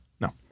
No